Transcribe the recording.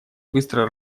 быстро